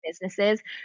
businesses